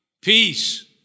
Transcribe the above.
peace